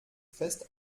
fest